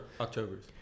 Octobers